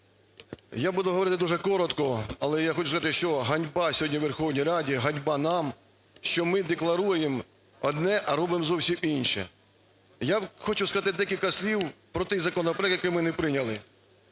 я буду говорити дуже коротко, але я хочу сказати, що ганьба сьогодні Верховній Раді, ганьба нам, що ми декларуємо одне, а робимо зовсім інше. Я хочу сказати декілька слів про той законопроект, який ми не прийняли.